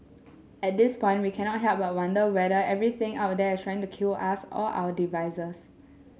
at this point we cannot help but wonder whether everything out there is trying to kill us or our devices